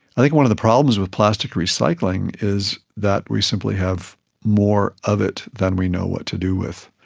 i think one of the problems with plastic recycling is that we simply have more of it than we know what to do with.